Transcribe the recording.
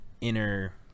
inner